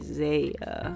Isaiah